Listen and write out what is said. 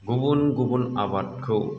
गुबुन गुबुन आबादखौ